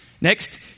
Next